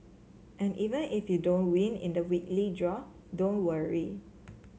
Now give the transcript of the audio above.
and even if you don't win in the weekly draw don't worry